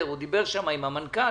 עם המנכ"ל.